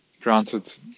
Granted